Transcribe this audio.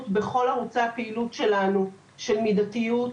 בכל ערוצי הפעילות שלנו של מידתיות,